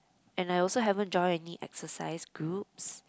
and I also haven't joined any exercise groups